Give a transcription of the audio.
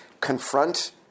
confront